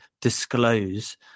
disclose